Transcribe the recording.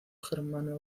germano